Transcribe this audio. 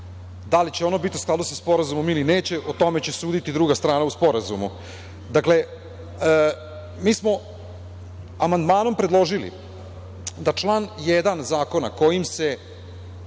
Da li će ono biti u skladu sa sporazumom ili neće, o tome će suditi druga strana u sporazumu. Dakle, mi smo amandmanom predložili da se članom 1, kojim se